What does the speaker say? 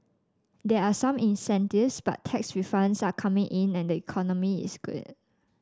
there are some incentives but tax refunds are coming in and the economy is good